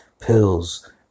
Pills